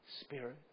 Spirit